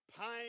pain